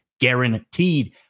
guaranteed